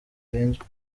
urinzwe